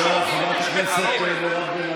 חברת הכנסת מירב בן ארי,